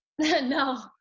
no